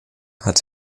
hat